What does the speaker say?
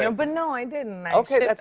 and but no, i didn't. okay. that's